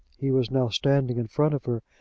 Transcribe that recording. he was now standing in front of her,